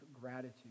gratitude